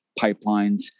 pipelines